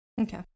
okay